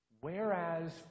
whereas